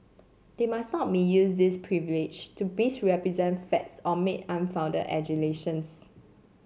they must not misuse this privilege to misrepresent facts or make unfounded allegations